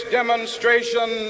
demonstration